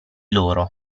loro